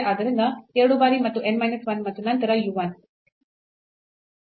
ಆದ್ದರಿಂದ 2 ಬಾರಿ ಮತ್ತು n minus 1 ಮತ್ತು ನಂತರ u 1